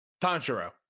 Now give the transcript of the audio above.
Tanjiro